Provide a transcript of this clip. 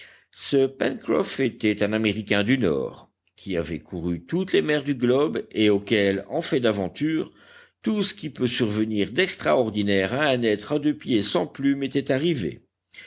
ce pencroff était un américain du nord qui avait couru toutes les mers du globe et auquel en fait d'aventures tout ce qui peut survenir d'extraordinaire à un être à deux pieds sans plumes était arrivé